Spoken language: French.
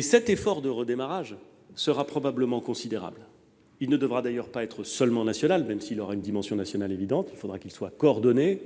cet effort de redémarrage sera certainement considérable. Il ne devra d'ailleurs pas être seulement national, même s'il aura évidemment une dimension nationale ; il devra aussi être coordonné